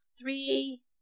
three